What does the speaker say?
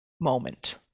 moment